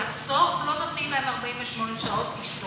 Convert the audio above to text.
כדי לחסוך לא נותנים להם 48 שעות לשתות.